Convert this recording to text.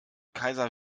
kaiser